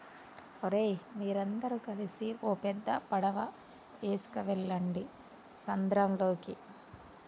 ఓరై మీరందరు గలిసి ఓ పెద్ద పడవ ఎసుకువెళ్ళండి సంద్రంలోకి